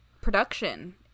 production